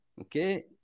Okay